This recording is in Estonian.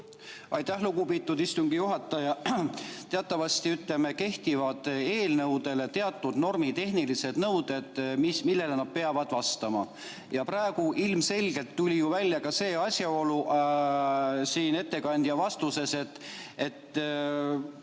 Aitäh, lugupeetud istungi juhataja! Teatavasti kehtivad eelnõudele teatud normitehnilised nõuded, millele nad peavad vastama, ja praegu ilmselgelt tuli välja ka see asjaolu siin ettekandja vastuses, et